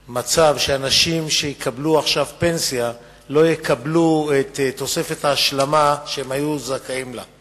שאנשים שיקבלו עכשיו פנסיה לא יקבלו את תוספת ההשלמה שהם היו זכאים לה.